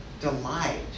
delight